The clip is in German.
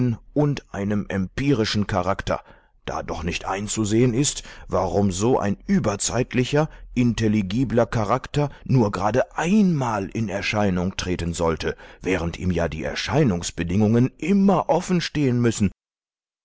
und einem empirischen charakter da doch nicht einzusehen ist warum so ein überzeitlicher intelligibler charakter nur gerade einmal in erscheinung treten sollte während ihm ja die erscheinungsbedingungen immer offen stehen müssen